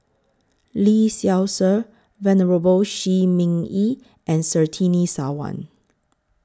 Lee Seow Ser Venerable Shi Ming Yi and Surtini Sarwan